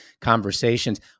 conversations